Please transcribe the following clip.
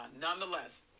nonetheless